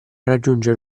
raggiungere